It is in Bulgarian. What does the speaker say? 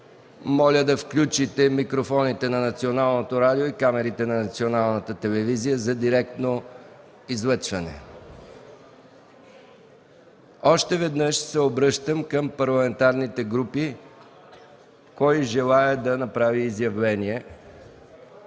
Моля да включите микрофоните на Българското национално радио и камерите на Българската национална телевизия за директно излъчване. Още веднъж се обръщам към парламентарните групи – кой желае да направи изявление